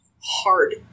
hard